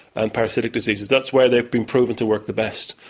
and parasitic diseases. that's where they've been proven to work the best.